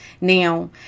Now